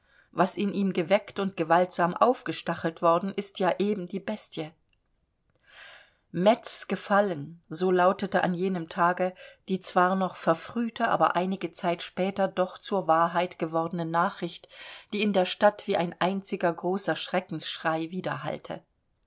was in ihm geweckt und gewaltsam aufgestachelt worden ist ja eben die bestie metz gefallen so lautete an jenem tage die zwar noch verfrühte aber einige zeit später doch zur wahrheit gewordene nachricht die in der stadt wie ein einziger großer